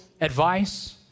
advice